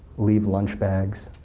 leave lunch bags,